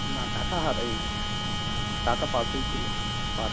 না টাকা হারায়নি টাকা পার্সেই ছিল পার্সে